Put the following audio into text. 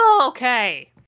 Okay